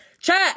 Chat